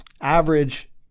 average